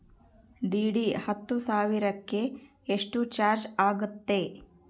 DD ಹತ್ತು ಸಾವಿರಕ್ಕೆ ಎಷ್ಟು ಚಾಜ್೯ ಆಗತ್ತೆ?